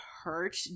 Hurt